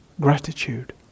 gratitude